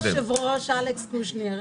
כבוד הישוב ראש אלכס קושניר,